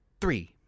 three